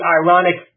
ironic